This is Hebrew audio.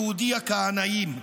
היהודי הכהנאים.